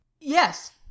yes